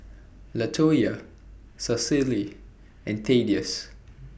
Latoyia Cecily and Thaddeus